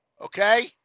okay